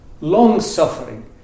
long-suffering